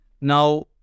now